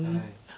!hais!